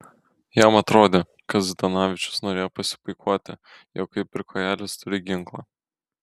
jam atrodė kad zdanavičius norėjo pasipuikuoti jog kaip ir kojelis turi ginklą